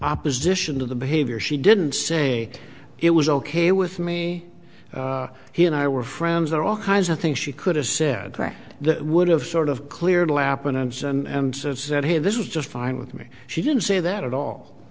opposition to the behavior she didn't say it was ok with me he and i were friends are all kinds of things she could have grabbed that would have sort of cleared lap and said hey this is just fine with me she didn't say that at all